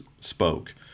spoke